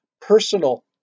personal